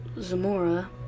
zamora